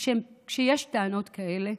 כשיש טענות כאלה,